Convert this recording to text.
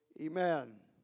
Amen